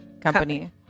Company